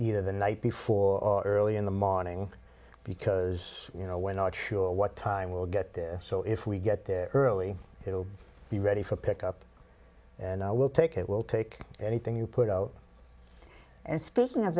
either the night before early in the morning because you know we're not sure what time will get there so if we get there early it will be ready for pickup and i will take it will take anything you put oh and speaking of